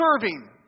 serving